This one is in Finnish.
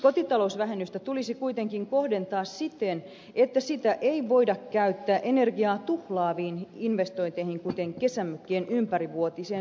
kotitalousvähennystä tulisi kuitenkin kohdentaa siten että sitä ei voida käyttää energiaa tuhlaaviin investointeihin kuten kesämökkien ympärivuotiseen sähkölämmitykseen